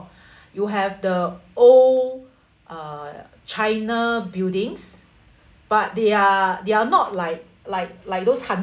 you have the old uh china buildings but they are they are not like like like those haunted